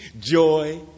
joy